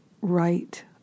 right